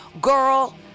girl